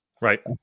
Right